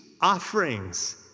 offerings